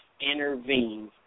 intervene